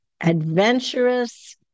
adventurous